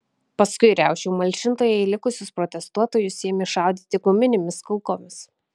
paskui riaušių malšintojai į likusius protestuotojus ėmė šaudyti guminėmis kulkomis